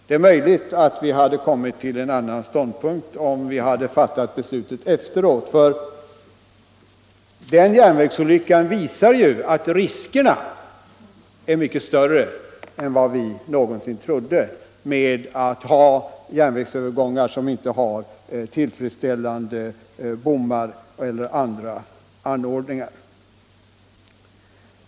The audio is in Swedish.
Det är möjligt att vi hade intagit en annan ståndpunkt om vi hade fattat beslutet efter denna järnvägsolycka, som visar att det är mycket större risker än vi någonsin trodde förenade med järnvägsövergångar, där det inte finns bommar eller andra tillfredsställande skyddsanordningar.